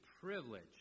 privilege